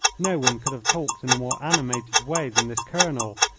no one could have talked in a more animated way than this colonel.